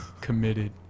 committed